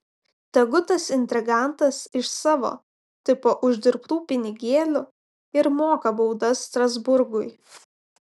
tegu tas intrigantas iš savo tipo uždirbtų pinigėlių ir moka baudas strasburgui